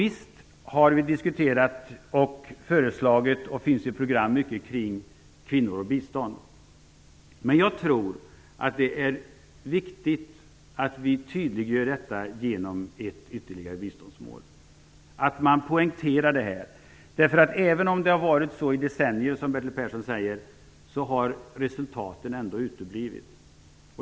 Visst har vi diskuterat mycket och lagt fram program och förslag kring kvinnor och bistånd. Men jag tror ändå att det är viktigt att vi tydliggör och poängterar detta genom ett ytterligare biståndsmål. Även om det har varit så i decennier, som Bertil Persson säger, har resultaten ändå uteblivit.